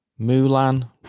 Mulan